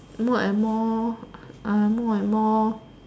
more and more more and more